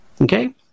Okay